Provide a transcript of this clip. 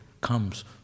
comes